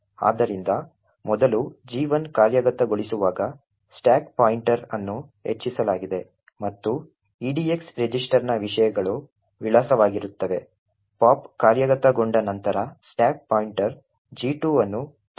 ಆದ್ದರಿಂದ ಮೊದಲು G1 ಕಾರ್ಯಗತಗೊಳಿಸುವಾಗ ಸ್ಟಾಕ್ ಪಾಯಿಂಟರ್ ಅನ್ನು ಹೆಚ್ಚಿಸಲಾಗಿದೆ ಮತ್ತು edx ರಿಜಿಸ್ಟರ್ನ ವಿಷಯಗಳು ವಿಳಾಸವಾಗಿರುತ್ತವೆ ಪಾಪ್ ಕಾರ್ಯಗತಗೊಂಡ ನಂತರ ಸ್ಟಾಕ್ ಪಾಯಿಂಟರ್ G2 ಅನ್ನು ತೋರಿಸುತ್ತದೆ